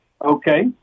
Okay